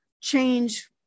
change